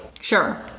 Sure